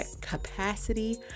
capacity